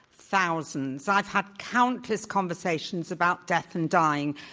thousands. i've had countless conversations about death and dying,